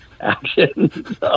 action